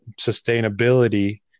sustainability